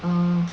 oh